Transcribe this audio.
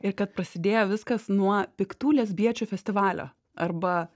ir kad prasidėjo viskas nuo piktų lesbiečių festivalio arba